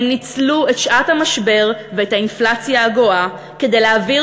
הם ניצלו את שעת המשבר ואת האינפלציה הגואה כדי להעביר